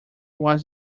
was